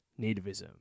nativism